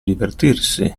divertirsi